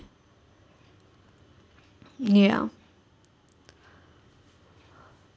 ya